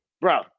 bro